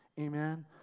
Amen